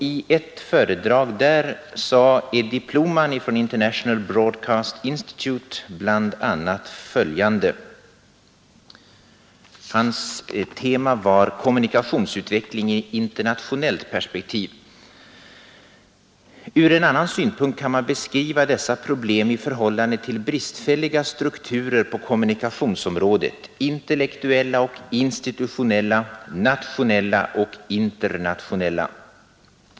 I ett föredrag där sade Eddi Ploman från International Broadcast Institute om temat Kommunikationsutvecklingen i internationellt perspektiv bl.a. följande: ”Ur en annan synpunkt kan man beskriva dessa problem i förhållande till bristfälliga strukturer på kommunikationsområdet — intellektuella och institutionella, nationella och internationella.